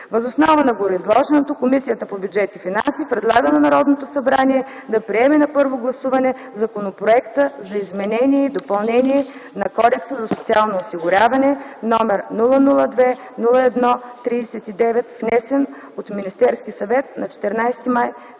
Въз основа на гореизложеното Комисията по бюджет и финанси предлага на Народното събрание да приеме на първо гласуване Законопроект за изменение и допълнение на Кодекса за социално осигуряване, № 002-01-39, внесен от Министерския съвет на 14 май